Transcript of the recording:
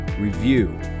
review